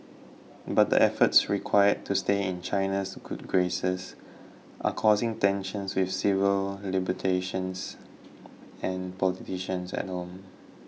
but the efforts required to stay in China's good graces are causing tensions with civil and politicians at home